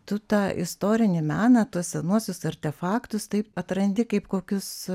tu tą istorinį meną tuos senuosius artefaktus taip atrandi kaip kokius